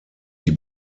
die